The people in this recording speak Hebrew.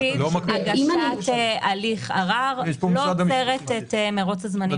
הגשת הליך ערר לא עוצרת את מרוץ הזמנים,